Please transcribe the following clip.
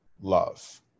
love